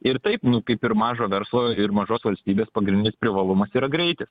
ir taip nu kaip ir mažo verslo ir mažos valstybės pagrindinis privalumas yra greitis